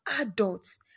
adults